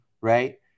right